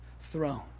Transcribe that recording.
throne